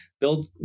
build